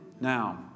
Now